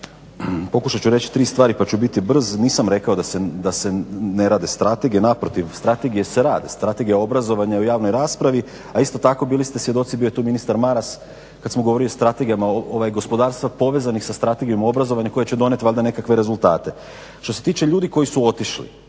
Pokušat ću reći tri stvari, pa ću biti brz. Nisam rekao da se ne rade strategije. Naprotiv, strategije se rade, strategija obrazovanja u javnoj raspravi a isto tako bili ste svjedoci, bio je tu ministar Maras kad ste govorili o strategijama gospodarstva povezanih sa strategijom obrazovanja koja će donijeti valjda nekakve rezultate. Što se tiče ljudi koji su otišli.